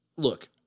Look